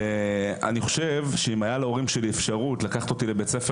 אם הייתה להורים שלי אפשרות לקחת אותי לבית ספר